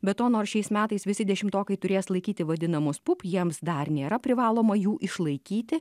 be to nors šiais metais visi dešimtokai turės laikyti vadinamus pup jiems dar nėra privaloma jų išlaikyti